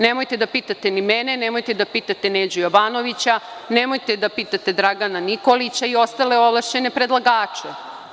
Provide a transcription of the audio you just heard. Nemojte da pitate ni mene, nemojte da pitate Neđu Jovanovića, nemojte da pitate Dragana Nikolića i ostale ovlašćene predlagače.